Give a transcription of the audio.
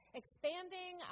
expanding